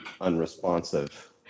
unresponsive